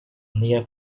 near